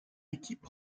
équipe